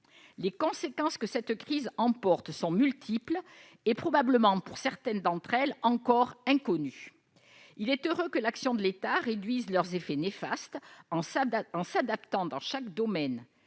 Les conséquences que cette crise emporte sont multiples et probablement, pour certaines, encore inconnues. Il est heureux que l'action de l'État réduise ses effets néfastes, en s'adaptant dans chaque domaine.